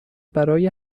برای